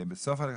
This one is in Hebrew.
בהמשך